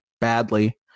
badly